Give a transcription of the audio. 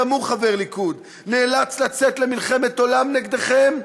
גם הוא חבר ליכוד, נאלץ לצאת למלחמת עולם נגדכם?